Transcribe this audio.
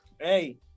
Hey